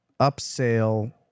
upsell